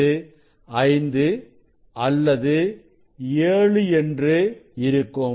அது 5 அல்லது 7 என்று இருக்கும்